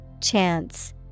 Chance